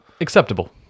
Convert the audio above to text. acceptable